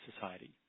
Society